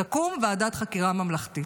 תקום ועדת חקירה ממלכתית.